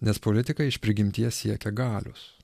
nes politikai iš prigimties siekia galios